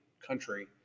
country